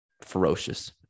ferocious